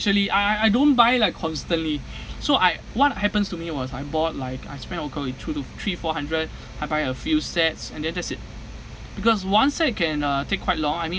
actually I I don't buy like constantly so I what happens to me was I bought like I spend of course in two two three four hundred I buy a few sets and then that's it because one set can uh take quite long I mean